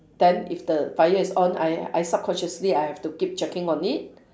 then if the fire is on I I subconsciously I have to keep checking on it